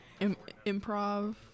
Improv